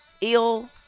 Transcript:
ill